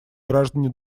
граждане